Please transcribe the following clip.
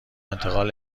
انتقال